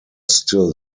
still